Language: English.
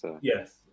yes